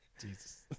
Jesus